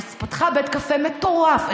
פתחה בית קפה מטורף,